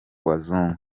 bazungu